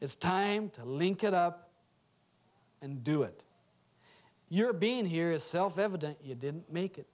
is time to link it up and do it your being here is self evident you didn't make it